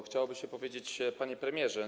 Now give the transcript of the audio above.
Chciałoby się powiedzieć: panie premierze.